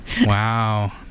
Wow